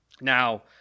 Now